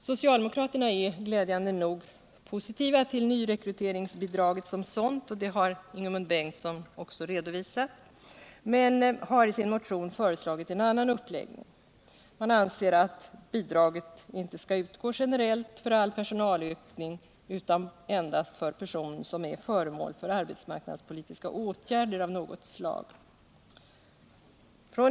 Socialdemokraterna är glädjande nog positiva till nyrekryteringsbidraget som sådant men har, såsom Ingemund Bengtsson här redovisat, i sin motion föreslagit en annan uppläggning. De anser att bidraget inte skall utgå generellt för all personalökning utan endast för person som är föremål för arbetsmarknadspolitiska åtgärder av något slag.